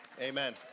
Amen